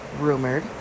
rumored